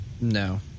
no